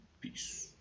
Peace